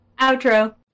outro